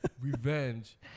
revenge